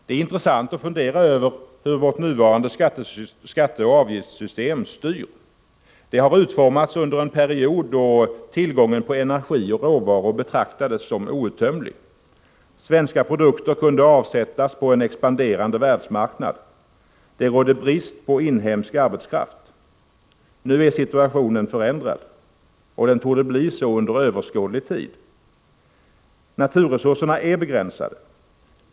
Det är intressant att fundera över hur vårt nuvarande skatteoch avgiftssystem styr. Det har utformats under en period då tillgången på energi och råvaror betraktades som outtömlig. Svenska produkter kunde avsättas på en expanderande världsmarknad. Det rådde brist på inhemsk arbetskraft. Nu är situationen förändrad, och den torde förbli så under överskådlig tid. Naturresurserna är begränsade.